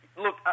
Look